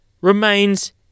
remains